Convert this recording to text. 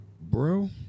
bro